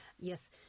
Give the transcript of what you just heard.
Yes